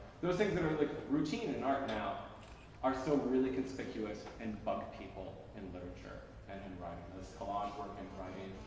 those things that are like routine in art now are still really conspicuous and bug people in literature and in writing. those collage works in writing